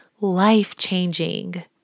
life-changing